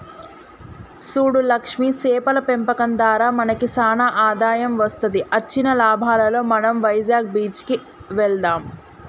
సూడు లక్ష్మి సేపల పెంపకం దారా మనకి సానా ఆదాయం వస్తది అచ్చిన లాభాలలో మనం వైజాగ్ బీచ్ కి వెళ్దాం